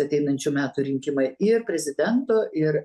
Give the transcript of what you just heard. ateinančių metų rinkimai ir prezidento ir